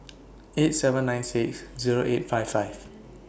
eight seven nine six Zero eight five five